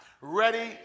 Ready